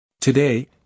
Today